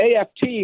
AFT